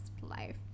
life